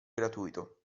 gratuito